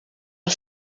are